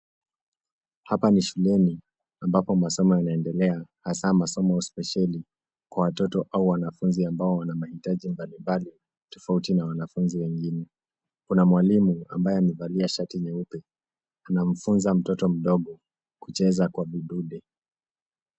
Hapa ni shuleni ambapo masomo yanaendelea hasa masomo spesheli kwa watoto au wanafunzi ambao wana mahitaji mbalimbali tofauti na wanafunzi wengine. Kuna mwalimu ambaye amevalia shati nyeupe anamfunza mtoto mdogo kucheza kwa vidude.